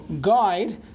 guide